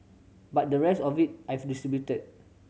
but the rest of it I've distributed